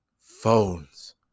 phones